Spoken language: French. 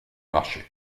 marché